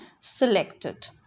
selected